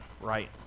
right